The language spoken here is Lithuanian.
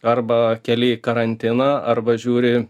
arba keli į karantiną arba žiūri